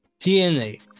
DNA